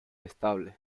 estable